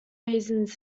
reasons